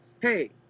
Hey